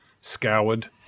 scoured